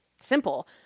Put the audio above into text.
simple